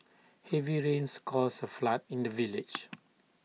heavy rains caused A flood in the village